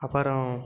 அப்பறம்